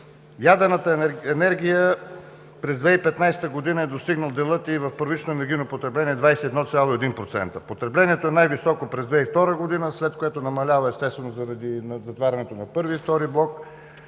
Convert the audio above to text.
ядрената енергия през 2015 г. е достигнал в първично публично енергийно потребление 21,1 %. Потреблението е най-високо през 2002 г., след което намалява естествено заради затварянето на Първи и Втори блок,